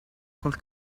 col